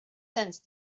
sense